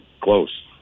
close